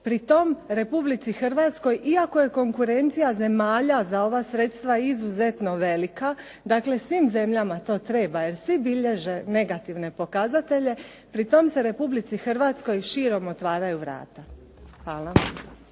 Pri tom Republici Hrvatskoj iako je konkurencija zemalja za ova sredstva izuzetno velika. Dakle, svim zemljama to treba, jer svi bilježe negativne pokazatelje, pri tome se Republici Hrvatskoj širom otvaraju vrata. Hvala.